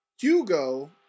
Hugo